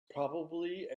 probably